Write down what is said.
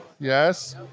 Yes